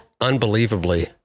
unbelievably